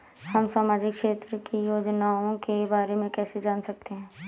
हम सामाजिक क्षेत्र की योजनाओं के बारे में कैसे जान सकते हैं?